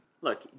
look